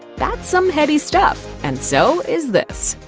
that's some heady stuff. and so is this